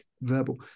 verbal